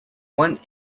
one